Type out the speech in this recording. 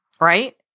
Right